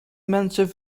mensen